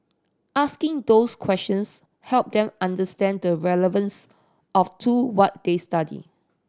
asking those questions helped them understand the relevance of to what they study